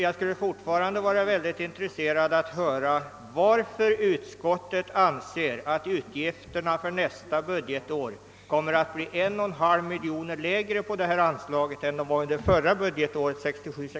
Jag skulle fortfarande vara mycket intresserad av att få veta varför utskottet anser att utgifterna på detta anslag under nästa budgetår kommer att bli 1,5 miljon kronor lägre än de var budgetåret 1967/68.